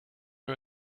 her